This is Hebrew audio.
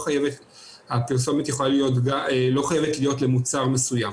הפרסומת לא חייבת להיות למוצר מסוים.